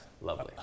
lovely